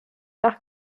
nach